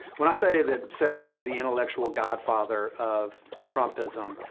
when i say that sessions is the intellectual godfather of trumpism,